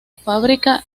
fábrica